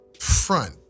front